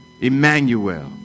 Emmanuel